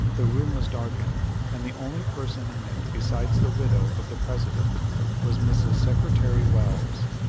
the room was darkened, and the only person in it besides the widow of the president was mrs. secretary welles,